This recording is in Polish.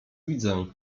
widzę